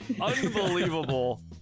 Unbelievable